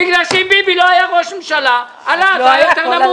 בגלל שאם ביבי לא היה ראש ממשלה הלהט היה יותר נמוך.